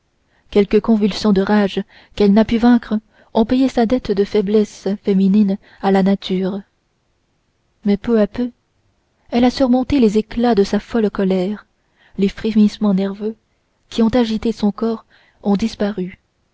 quelques convulsions de rage qu'elle n'a pu vaincre ont payé sa dette de faiblesse féminine à la nature mais peu à peu elle a surmonté les éclats de sa folle colère les frémissements nerveux qui ont agité son corps ont disparu